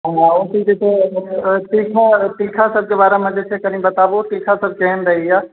आओर जे छै से कनि तीखाके बारेमे बताबु तीखा सब केहन रहैए